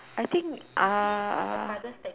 I think uh